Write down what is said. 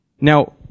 Now